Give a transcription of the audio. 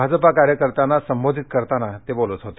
भाजपा कार्यकर्त्यांना संबोधित करताना ते बोलत होते